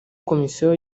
komisiyo